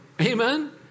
Amen